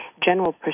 general